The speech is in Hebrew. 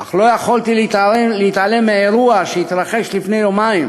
אך לא יכולתי להתעלם מאירוע שהתרחש לפני יומיים